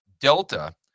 delta